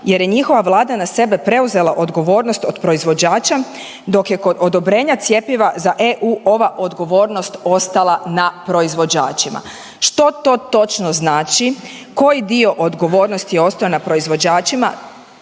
jer je njihova vlada na sebe preuzela odgovornost od proizvođača dok je kod odobrenja cjepiva za EU ova odgovornost ostala na proizvođačima. Što to točno znači? Koji dio odgovornosti je ostao na proizvođačima